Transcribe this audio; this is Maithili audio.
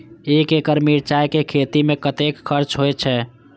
एक एकड़ मिरचाय के खेती में कतेक खर्च होय छै?